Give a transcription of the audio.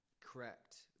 Correct